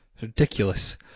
Ridiculous